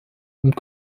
nimmt